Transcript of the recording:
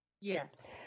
Yes